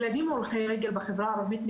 ילדים הולכי רגל בחברה הערבית,